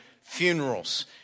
funerals